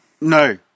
No